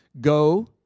go